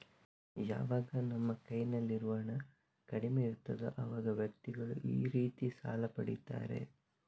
ಯಾವಾಗ ನಮ್ಮ ಕೈನಲ್ಲಿ ಇರುವ ಹಣ ಕಡಿಮೆ ಇರ್ತದೋ ಅವಾಗ ವ್ಯಕ್ತಿಗಳು ಈ ರೀತಿ ಸಾಲ ಪಡೀತಾರೆ